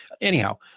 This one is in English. anyhow